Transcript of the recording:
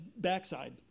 backside